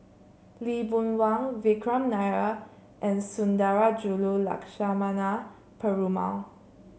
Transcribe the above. Lee Boon Wang Vikram Nair and Sundarajulu Lakshmana Perumal